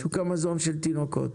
שוק המזון של תינוקות.